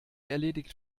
erledigt